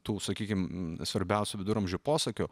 tų sakykim svarbiausių viduramžių posakių